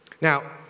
Now